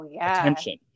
attention